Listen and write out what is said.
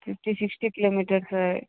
fifty sixty kilometers